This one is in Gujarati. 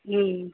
હમ